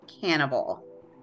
cannibal